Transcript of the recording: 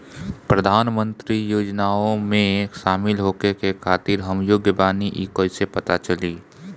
प्रधान मंत्री योजनओं में शामिल होखे के खातिर हम योग्य बानी ई कईसे पता चली?